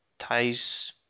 Ties